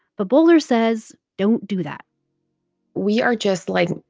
but bowler says don't do that we are just, like,